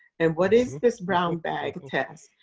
and what is this brown bag test?